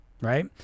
right